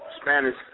Spanish